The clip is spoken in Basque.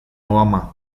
obama